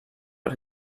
out